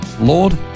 Lord